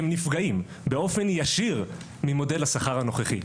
והם נפגעים באופן ישיר ממודל השכר הנוכחי.